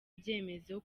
ibyemezo